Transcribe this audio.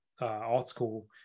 article